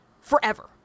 forever